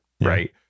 right